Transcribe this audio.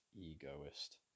egoist